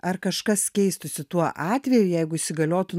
ar kažkas keistųsi tuo atveju jeigu įsigaliotų